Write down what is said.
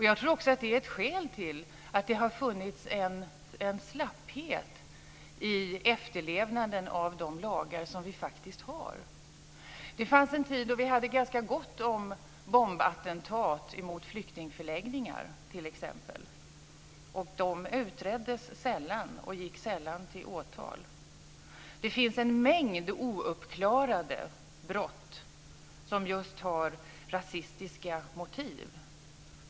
Jag tror också att det är ett skäl till att det har funnits en slapphet i efterlevnaden av de lagar som vi faktiskt har. Det fanns en tid då vi hade ganska gott om bombattentat mot t.ex. flyktingförläggningar. De utreddes sällan och gick sällan till åtal. Det finns en mängd ouppklarade brott som just har rasistiska motiv.